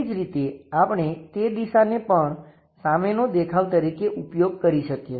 એ જ રીતે આપણે તે દિશાને પણ સામેનો દેખાવ તરીકે ઉપયોગ કરી શકીએ